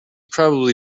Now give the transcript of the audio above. probably